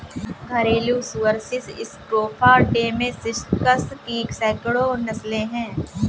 घरेलू सुअर सुस स्क्रोफा डोमेस्टिकस की सैकड़ों नस्लें हैं